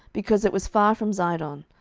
because it was far from zidon,